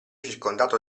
circondato